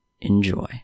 Enjoy